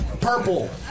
purple